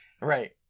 Right